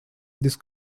this